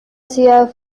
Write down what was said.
ciudad